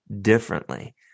differently